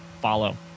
follow